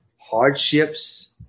Hardships